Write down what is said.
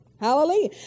Hallelujah